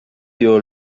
you